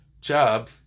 job